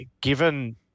Given